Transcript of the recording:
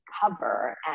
cover